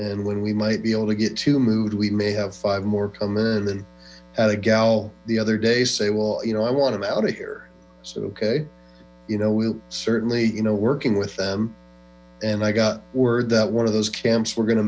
and when we might be able to get to mood we may have five more come in and had a gal the other day say well you know i want him out of here ok know we'll certainly you know working with them and i got word that one of those camps were going to